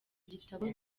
gitabo